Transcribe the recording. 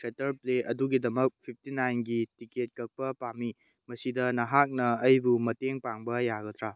theatre play ꯑꯗꯨꯒꯤꯗꯃꯛ fifty ꯅꯥꯏꯟꯒꯤ ticket ꯀꯛꯄ ꯄꯥꯝꯃꯤ ꯃꯁꯤꯗ ꯅꯍꯥꯛꯅ ꯑꯩꯕꯨ ꯃꯇꯦꯡ ꯄꯥꯡꯕ ꯌꯥꯒꯗ꯭ꯔꯥ